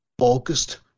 August